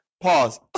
Pause